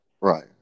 Right